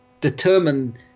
determine